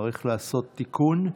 צריך לעשות תיקון.